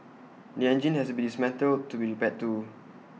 the engine has to be dismantled to be repaired too